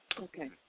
Okay